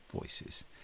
voices